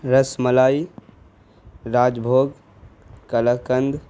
رس ملائی راج بھوگ قلاقند